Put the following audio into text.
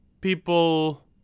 People